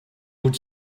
would